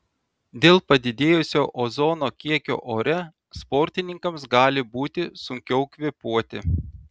dėl padidėjusio ozono kiekio ore sportininkams gali būti sunkiau kvėpuoti